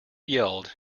yelled